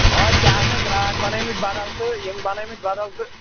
آ ژےٚ آسنَے گراہَکھ بَنٲومٕتۍ بَدل تہٕ ییٚمۍ بَنٲومٕتۍ بَدل تہٕ